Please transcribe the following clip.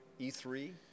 E3